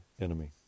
enemy